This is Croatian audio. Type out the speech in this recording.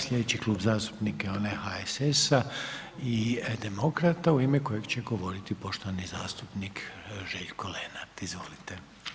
Slijedeći Klub zastupnika je onaj HSS-a i Demokrata u ime kojeg će govoriti poštovani zastupnik Željko Lenart, izvolite.